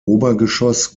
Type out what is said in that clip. obergeschoss